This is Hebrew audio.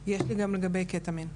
יש לי גם לגבי קטמין.